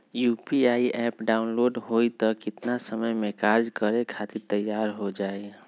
UPI app download होई त कितना समय मे कार्य करे खातीर तैयार हो जाई?